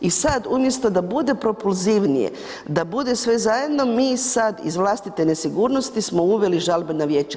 I sad, umjesto da bude propulzivnije, da bude sve zajedno, mi sad iz vlastite nesigurnosti smo uveli žalbena vijeća.